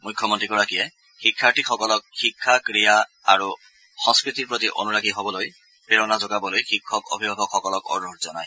মুখ্যমন্ত্ৰীগৰাকীয়ে শিক্ষাৰ্থীসকলক শিক্ষা ক্ৰীড়া আৰু সংস্কৃতিৰ প্ৰতি অনুৰাগী হ'বলৈ প্ৰেৰণা যোগাবলৈ শিক্ষক অভিভাৱকসকলক অনুৰোধ জনায়